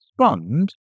Respond